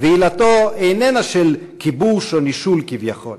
ועילתו איננה של כיבוש או נישול כביכול.